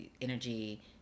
energy